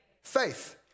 faith